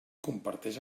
comparteix